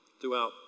throughout